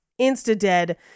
insta-dead